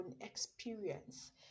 experience